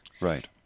Right